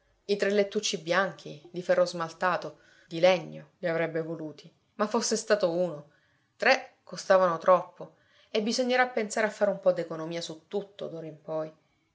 i tre lettucci bianchi di ferro smaltato di legno le avrebbe voluti ma fosse stato uno tre costavano troppo e bisognerà pensare a far un po d'economia su tutto d'ora in poi